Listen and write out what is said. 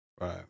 Right